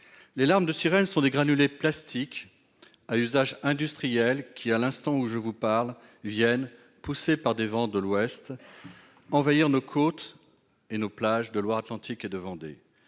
Les larmes de sirène sont des granulés de plastique à usage industriel qui, à l'instant où je vous parle, viennent, poussées par des vents de l'ouest, envahir nos côtes et nos plages de Loire-Atlantique et de Vendée.